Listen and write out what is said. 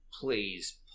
Please